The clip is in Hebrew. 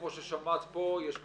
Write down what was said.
כמו ששמעת פה, יש מתנגדות,